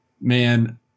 man